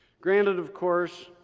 granted, of course,